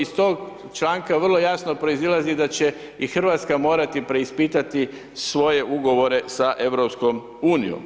I stog članka vrlo jasno proizlazi da će i Hrvatska morati preispitati svoje ugovore sa EU.